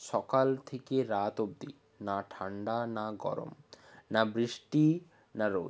সকাল থেকে রাত অবদি না ঠান্ডা না গরম না বৃষ্টি না রোদ